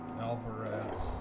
Alvarez